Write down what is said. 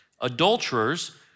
adulterers